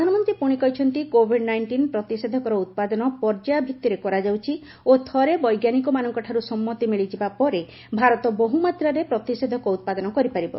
ପ୍ରଧାନମନ୍ତ୍ରୀ ପୁଣି କହିଛନ୍ତି କୋଭିଡ୍ ନାଇଷ୍ଟିନ୍ ପ୍ରତିଷେଧକର ଉତ୍ପାଦନ ପର୍ଯ୍ୟାୟ ଭିଭିରେ କରାଯାଉଛି ଓ ଥରେ ବୈଜ୍ଞାନିକମାନଙ୍କଠାରୁ ସମ୍ମତି ମିଳିଯିବା ପରେ ଭାରତ ବହୁମାତ୍ରାରେ ପ୍ରତିଷେଧକ ଉତ୍ପାଦନ କରିପାରିବ